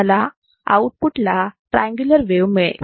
मला आउटपुटला triangular wave मिळेल